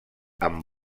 amb